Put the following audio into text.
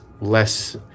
less